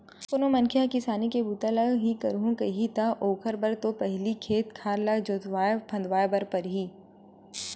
कोनो मनखे ह किसानी के बूता ल ही करहूं कइही ता ओखर बर तो पहिली खेत खार ल जोतवाय फंदवाय बर परही